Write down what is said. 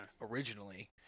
Originally